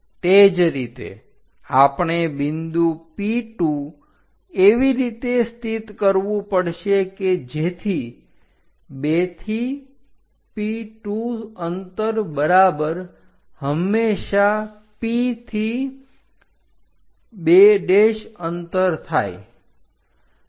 તે જ રીતે આપણે બિંદુ P2 એવી રીતે સ્થિત કરવું પડશે કે જેથી 2 થી P2 અંતર બરાબર હંમેશા P થી 2 અંતર થાય